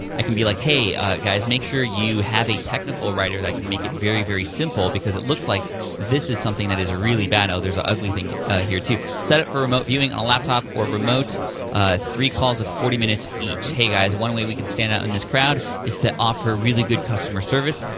i can be like, hey ah guys, make sure you have a technical writer that can make it very, very simple, because it looks like this is something that is really bad, oh, there's an ugly thing ah here, too. setup for remote viewing on a laptop or remote three calls of forty minutes each. hey guys, one way we can stand out in this crowd is to offer really good customer service,